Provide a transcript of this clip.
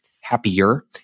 happier